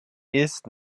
ist